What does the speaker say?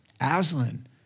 Aslan